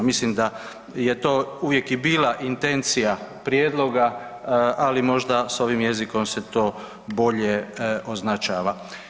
Mislim da je to uvijek i bila intencija prijedloga ali možda s ovim jezikom se to bolje označava.